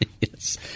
Yes